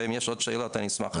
ואם יש עוד שאלות אני אשמח.